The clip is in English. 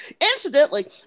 Incidentally